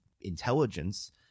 intelligence